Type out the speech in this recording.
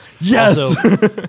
yes